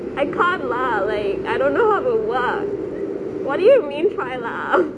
I can't lah like I don't know how to work what do you mean try lah